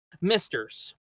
misters